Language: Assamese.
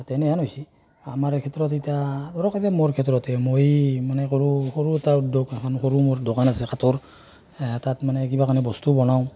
তেনেহেন হৈছে আমাৰ এই ক্ষেত্ৰত এতিয়া ধৰক এতিয়া মোৰ ক্ষেত্ৰতে মই মানে কৰোঁ সৰু এটা উদ্যোগ এখান সৰু মোৰ দোকান আছে কাঠৰ তাত মানে কিবা কাৰণে বস্তু বনাওঁ